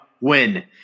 win